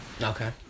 Okay